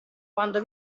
quando